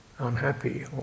unhappy